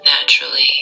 naturally